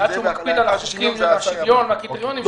שעד שהוא מקפיד על החוקים עם השוויון והקריטריונים,